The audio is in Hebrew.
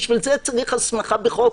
בשביל זה צריך הסמכה בחוק.